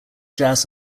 jazz